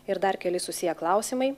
ir dar keli susiję klausimai